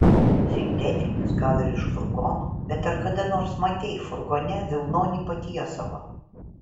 sintetinis gal ir iš furgono bet ar kada nors matei furgone vilnonį patiesalą